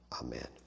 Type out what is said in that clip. Amen